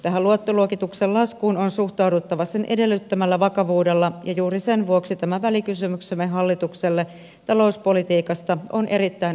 tähän luottoluokituksen laskuun on suhtauduttava sen edellyttämällä vakavuudella ja juuri sen vuoksi tämä välikysymyksemme hallitukselle talouspolitiikasta on erittäin aiheellinen